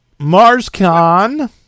MarsCon